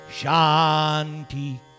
Shanti